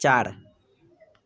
चार